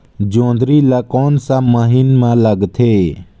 जोंदरी ला कोन सा महीन मां लगथे?